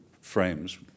frames